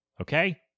Okay